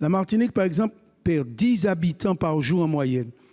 La Martinique, par exemple, perd dix habitants par jour en moyenne.